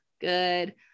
good